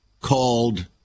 called